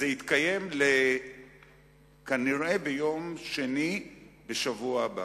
זה יתקיים כנראה ביום שני בשבוע הבא,